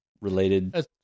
related